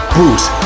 Bruce